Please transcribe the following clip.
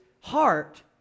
heart